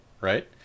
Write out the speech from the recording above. right